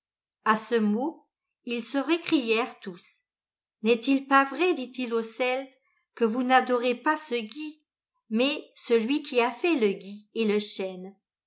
a ce mot ils se récrièrent tous n'est-il pas vrai dit-il au celte que vous n'adorez pas ce gui mais celui qui a fait le gui et le chêne